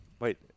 Wait